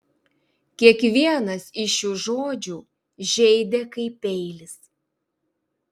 kiekvienas iš šių žodžių žeidė kaip peilis